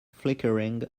flickering